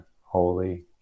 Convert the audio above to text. holy